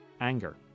anger